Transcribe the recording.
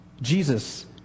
Jesus